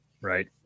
Right